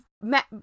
met